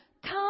Come